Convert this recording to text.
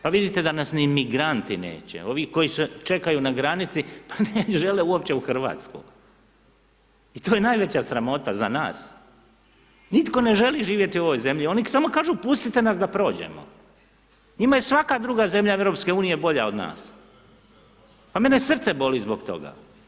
Pa vidite da nas ni migranti neće, ovi koji čekaju na granici pa ne žele uopće u Hrvatsku i to je najveća sramota za nas, nitko ne želi živjeti u ovoj zemlji, oni samo kažu pustite nas da prođemo, njima je svaka druga zemlja EU bolja od nas, a mene srce boli zbog toga.